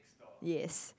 yes